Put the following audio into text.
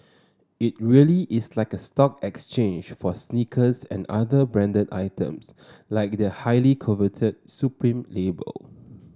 it really is like a stock exchange for sneakers and other branded items like the highly coveted supreme label